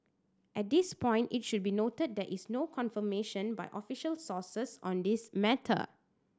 at this point it should be noted that is no confirmation by official sources on this matter